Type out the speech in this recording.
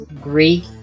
Greek